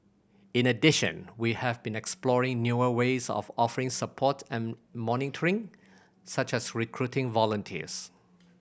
in addition we have been exploring newer ways of offering support and monitoring such as recruiting volunteers